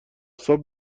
صبح